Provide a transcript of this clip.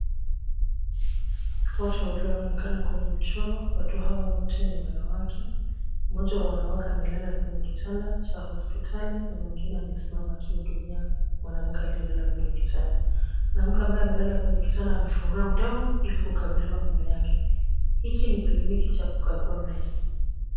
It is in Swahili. Watu wawili wanaonekana kwenye mchoro, watu hawa wote ni wanawake. Mmoja wa wanawake amelala kwenye kitanda cha hospitali, na mwingine amesimama akihudumia mwanamke aliyelala kwenye kitanda. Mwanamke ambaye amelala kwenye kitanda amefungua mdomo ili kukaguliwa meno yake. Hiki ni kliniki cha kukagua meno.